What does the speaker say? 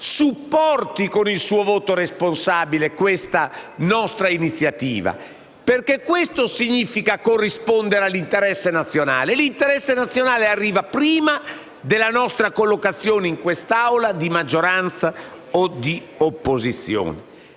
supporti con il suo voto responsabile questa nostra iniziativa. Infatti questo significa corrispondere all'interesse nazionale. L'interesse nazionale arriva prima della nostra collocazione in quest'Aula, che sia di maggioranza o di opposizione.